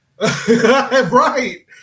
Right